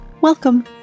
welcome